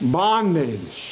bondage